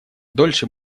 дольше